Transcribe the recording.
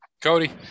Cody